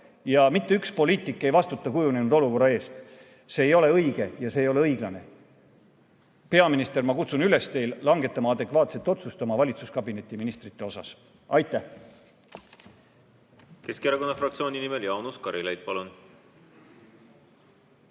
mitte ükski poliitik ei vastuta kujunenud olukorra eest. See ei ole õige ja see ei ole õiglane. Peaminister, ma kutsun teid üles langetama adekvaatset otsust oma valitsuskabineti ministrite osas. Aitäh! Keskerakonna fraktsiooni nimel Jaanus Karilaid, palun!